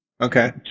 Okay